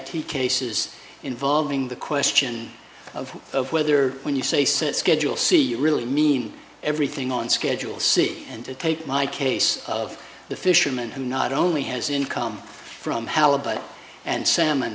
t cases involving the question of whether when you say set schedule c you really mean everything on schedule c and to take my case of the fisherman who not only has income from halibut and salmon